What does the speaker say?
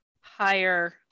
higher